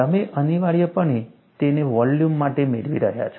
તમે અનિવાર્યપણે તેને વોલ્યુમ માટે મેળવી રહ્યા છો